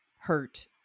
hurt